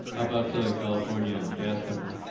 about southern california gas company?